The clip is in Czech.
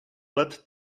let